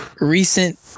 recent